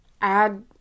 add